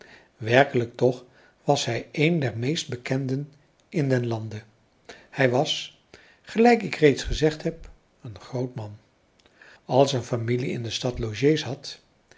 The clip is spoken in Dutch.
werkelijk toch was hij een der meestbekenden in den lande hij was gelijk ik reeds gezegd heb een groot man als een familie in de stad logé's had